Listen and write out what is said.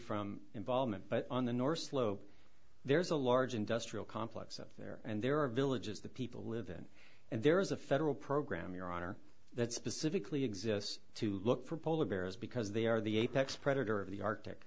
from involvement but on the north slope there's a large industrial complex up there and there are villages the people live in and there is a federal program your honor that specifically exists to look for polar bears because they are the apex predator of the arctic